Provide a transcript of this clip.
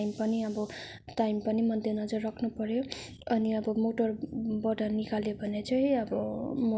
time पनि अब time पनि मध्यनजर राख्नु पर्यो अनि अब मोटरबाट निकाल्यो भने चाहिँ अब मोटर